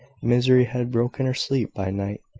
misery had broken her sleep by night,